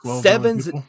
sevens